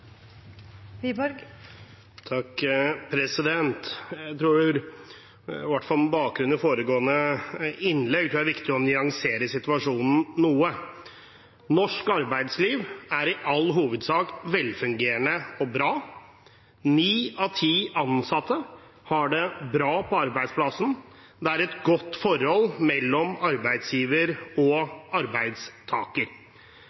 viktig å nyansere situasjonen noe. Norsk arbeidsliv er i all hovedsak velfungerende og bra. Ni av ti ansatte har det bra på arbeidsplassen. Det er et godt forhold mellom arbeidsgiver